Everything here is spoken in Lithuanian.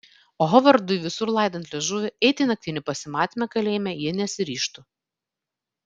o hovardui visur laidant liežuvį eiti į naktinį pasimatymą kalėjime ji nesiryžtų